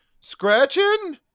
scratching